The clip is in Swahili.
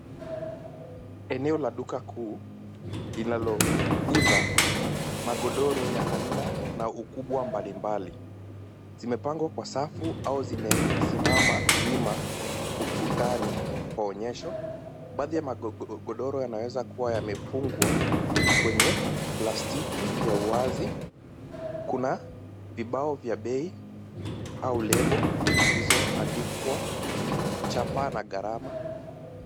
Eneo la duka kuu linalouza magodoro ya aina na ukubwa mbalimbali, zimepangwa kwa safu au zimesimama wima ukutani kwa onyesho. Baadhi ya magodoro yanaweza kuwa yamefungwa kwenye plastiki ya uwazi. Kuna vibao vya bei au lebo zilizoandikwa chapa na gharama.